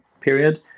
period